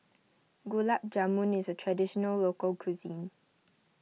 Gulab Jamun is a Traditional Local Cuisine